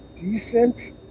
decent